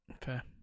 Fair